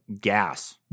gas